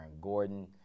Gordon